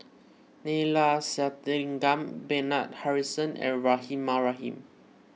Neila Sathyalingam Bernard Harrison and Rahimah Rahim